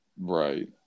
Right